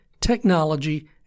technology